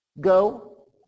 Go